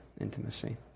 intimacy